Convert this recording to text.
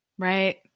Right